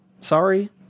Sorry